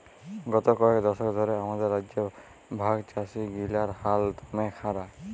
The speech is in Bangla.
গত কয়েক দশক ধ্যরে আমাদের রাজ্যে ভাগচাষীগিলার হাল দম্যে খারাপ